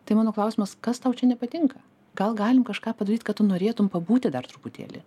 tai mano klausimas kas tau čia nepatinka gal galim kažką padaryt kad tu norėtum pabūti dar truputėlį